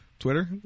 twitter